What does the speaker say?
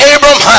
Abraham